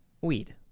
weed